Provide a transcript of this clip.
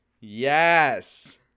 Yes